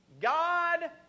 God